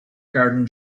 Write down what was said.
garden